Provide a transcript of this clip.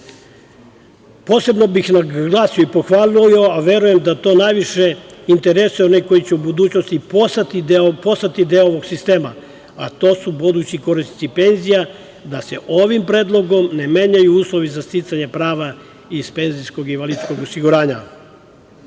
reforme. Posebno bih naglasio i pohvalio, a verujem da to najviše interesuje one koji će u budućnosti postati deo ovog sistema, a to su budući korisnici penzija, da se ovim predlogom ne menjaju uslovi za sticanje prava iz penzijskog i invalidskog osiguranja. Ovaj